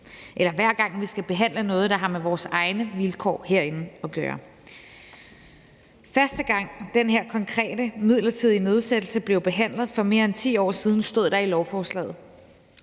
eller hver gang vi skal behandle noget, der har med vores egne vilkår herinde at gøre. Første gang den her konkrete midlertidige nedsættelse blev behandlet for mere end 10 år siden, stod der i lovforslaget: